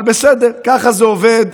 אבל בסדר, ככה זה עובד.